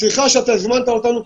השיחה שאתה הזמנת אותנו,